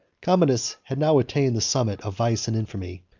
commodus had now attained the summit of vice and infamy.